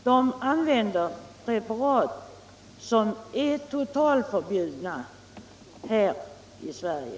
Där används preparat som är totalförbjudna här i Sverige.